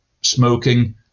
smoking